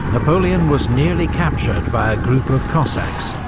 napoleon was nearly captured by a group of cossacks,